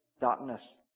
darkness